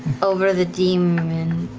over the demon.